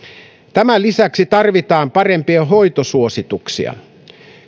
tämän lisäksi tarvitaan parempia hoitosuosituksia